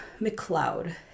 McLeod